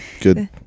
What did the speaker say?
good